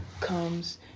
comes